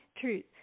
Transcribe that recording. truth